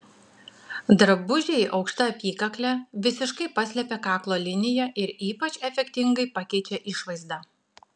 drabužiai aukšta apykakle visiškai paslepia kaklo liniją ir ypač efektingai pakeičia išvaizdą